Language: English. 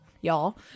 y'all